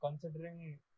considering